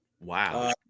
Wow